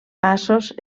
passos